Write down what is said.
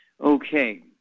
Okay